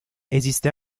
esiste